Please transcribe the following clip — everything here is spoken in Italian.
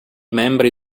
membri